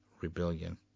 Rebellion